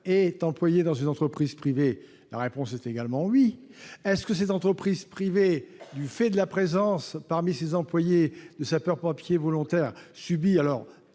est employé dans une entreprise privée ? La réponse est également oui. L'entreprise privée, du fait de la présence, parmi ses employés, de sapeurs-pompiers volontaires, subit-elle